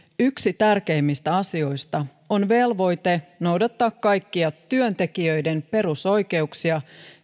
yksi tärkeimmistä asioista on velvoite noudattaa kaikkia työntekijöiden perusoikeuksia